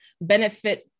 benefit